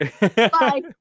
Bye